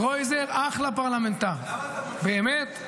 קרויזר אחלה פרלמנטר, באמת.